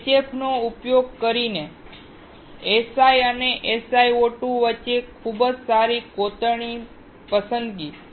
HF નો ઉપયોગ કરીને Si અને SiO2 વચ્ચે ખૂબ સારી કોતરણી પસંદગી